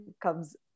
comes